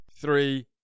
three